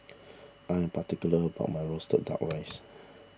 I am particular about my Roasted Duck Rice